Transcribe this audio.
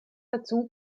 dazu